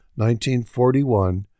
1941